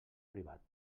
privat